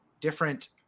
different